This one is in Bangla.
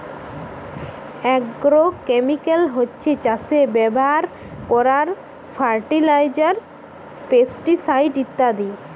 আগ্রোকেমিকাল হচ্ছে চাষে ব্যাভার কোরার ফার্টিলাইজার, পেস্টিসাইড ইত্যাদি